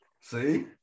See